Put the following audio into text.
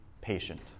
patient